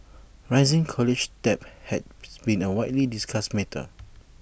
rising college debt has been A widely discussed matter